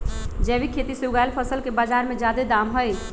जैविक खेती से उगायल फसल के बाजार में जादे दाम हई